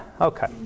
Okay